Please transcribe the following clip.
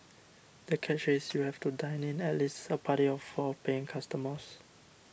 the catch is you have to dine in at least a party of four paying customers